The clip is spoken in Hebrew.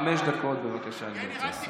חמש דקות, בבקשה, גברתי.